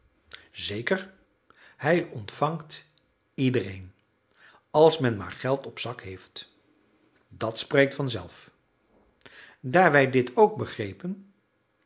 zeker hij ontvangt iedereen als men maar geld op zak heeft dat spreekt vanzelf daar wij dit ook begrepen